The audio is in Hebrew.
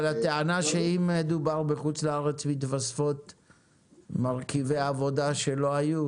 אבל הטענה שאם מדובר בחוץ לארץ מתווספים מרכיבי עבודה שלא היו,